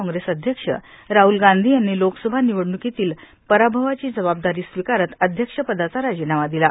काँग्रेस अध्यक्ष राहुल गांधी यांनी लोकसभा निवडणुकीतल्या पराभवाची जबाबदारी स्वीकारत अध्यक्षपदाचा राजीनामा दिला